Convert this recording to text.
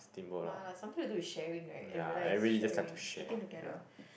mala something to do with sharing right I realise sharing eating together